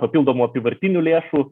papildomų apyvartinių lėšų